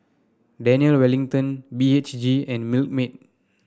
Daniel Wellington B H G and Milkmaid